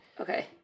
Okay